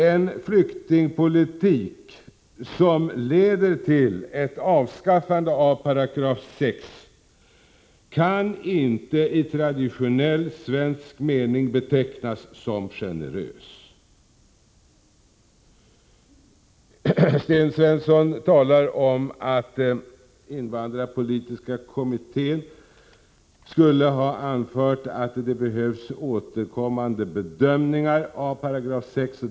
En flyktingpolitik som leder till ett avskaffande av 6§ kan inte i traditionell svensk mening betecknas som generös. Sten Svensson talar om att invandrarpolitiska kommittén skulle ha anfört att det behövs återkommande bedömningar av 6 §.